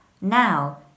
now